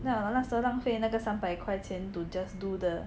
我那时候浪费那个贵三百块钱 to just do the